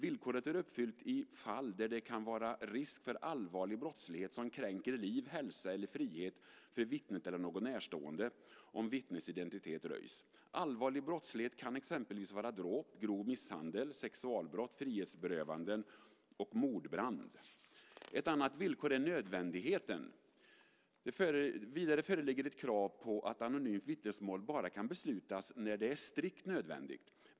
Villkoret är uppfyllt i fall där det kan vara risk för allvarlig brottslighet som kränker liv, hälsa eller frihet för vittnet eller någon närstående om vittnets identitet röjs. Allvarlig brottslighet kan exempelvis vara dråp, grov misshandel, sexualbrott, frihetsberövande och mordbrand. Ytterligare ett villkor är nödvändigheten. Det föreligger krav på att anonymt vittnesmål kan beslutas bara när det är strikt nödvändigt.